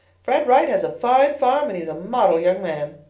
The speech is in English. fred wright has a fine farm and he is a model young man.